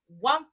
one